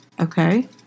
Okay